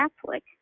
Catholic